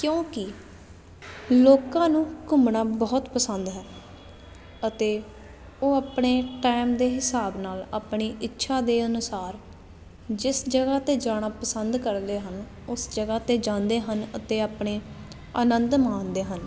ਕਿਉਂਕਿ ਲੋਕਾਂ ਨੂੰ ਘੁੰਮਣਾ ਬਹੁਤ ਪਸੰਦ ਹੈ ਅਤੇ ਉਹ ਆਪਣੇ ਟਾਈਮ ਦੇ ਹਿਸਾਬ ਨਾਲ ਆਪਣੀ ਇੱਛਾ ਦੇ ਅਨੁਸਾਰ ਜਿਸ ਜਗ੍ਹਾ 'ਤੇ ਜਾਣਾ ਪਸੰਦ ਕਰਦੇ ਹਨ ਉਸ ਜਗ੍ਹਾ 'ਤੇ ਜਾਂਦੇ ਹਨ ਅਤੇ ਆਪਣੇ ਆਨੰਦ ਮਾਣਦੇ ਹਨ